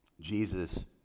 Jesus